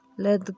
Let